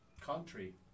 country